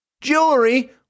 Jewelry